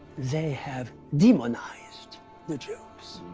they have demonized the jews.